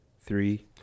three